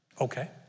Okay